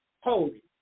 holy